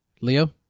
Leo